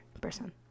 person